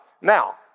Now